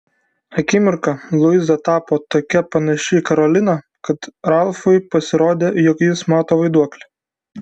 akimirką luiza tapo tokia panaši į karoliną kad ralfui pasirodė jog jis mato vaiduoklį